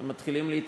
הם מתחילים להתרוקן,